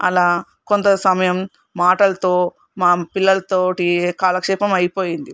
అలా కొంత సమయం మాటలతో మా పిల్లలతోటి కాలక్షేపం అయిపోయింది